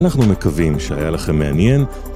אנחנו מקווים שהיה לכם מעניין